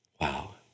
Wow